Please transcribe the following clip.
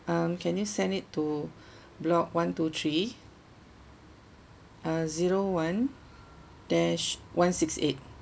um can you send it to block one to three uh zero one dash one six eight